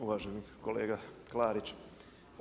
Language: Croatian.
Uvaženi kolega Klarić.